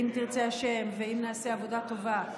אם תרצה השם ואם נעשה עבודה טובה,